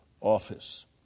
office